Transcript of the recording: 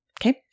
Okay